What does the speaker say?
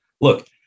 Look